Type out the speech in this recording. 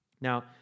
Now